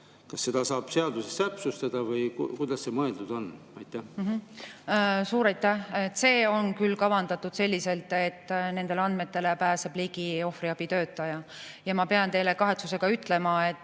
Kas seda saaks seaduses täpsustada või kuidas see mõeldud on? Suur aitäh! See on küll kavandatud selliselt, et nendele andmetele pääseb ligi ohvriabitöötaja. Aga ma pean teile kahetsusega ütlema, et